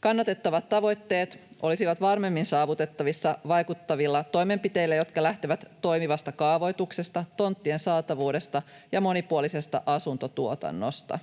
Kannatettavat tavoitteet olisivat varmemmin saavutettavissa vaikuttavilla toimenpiteillä, jotka lähtevät toimivasta kaavoituksesta, tonttien saatavuudesta ja monipuolisesta asuntotuotannosta.